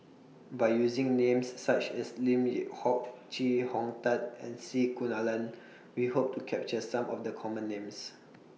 By using Names such as Lim Yew Hock Chee Hong Tat and C Kunalan We Hope to capture Some of The Common Names